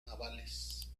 navales